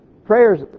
Prayers